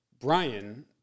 Brian